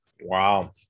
Wow